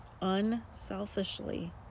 unselfishly